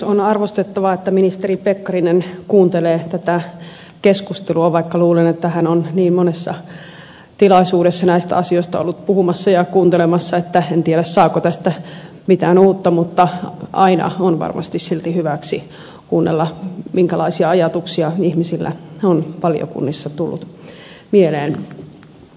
on arvostettavaa että ministeri pekkarinen kuuntelee tätä keskustelua vaikka luulen että hän on niin monessa tilaisuudessa näistä asioista ollut puhumassa ja kuuntelemassa että en tiedä saako hän tästä mitään uutta mutta aina on varmasti silti hyväksi kuunnella minkälaisia ajatuksia ihmisillä on valiokunnissa tullut mieleen